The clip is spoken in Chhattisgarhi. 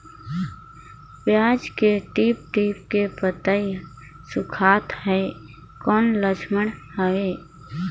पियाज के टीप टीप के पतई सुखात हे कौन लक्षण हवे?